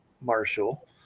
Marshall